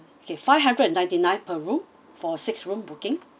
okay five hundred and ninety nine per room for six rooms booking